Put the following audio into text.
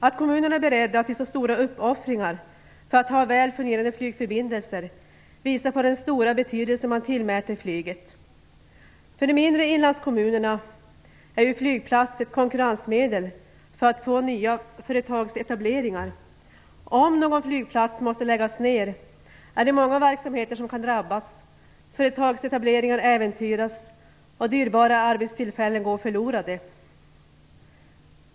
Att kommunerna är beredda till så stora uppoffringar för att man skall kunna ha väl fungerande flygförbindelser visar på den stora betydelse som man tillmäter flyget. För de mindre inlandskommunerna är ju flygplatser ett konkurrensmedel för att locka till sig nya företagsetableringar. Om någon flygplats måste läggas ner är det många verksamheter som drabbas, företagsetableringar äventyras och dyrbara arbetstillfällen går förlorade.